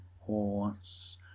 horse